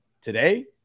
today